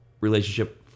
relationship